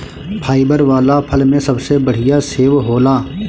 fibre वाला फल में सबसे बढ़िया सेव होला